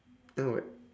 then what